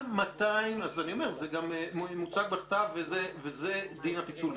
זה גם מוצג בכתב וזה דין הפיצול.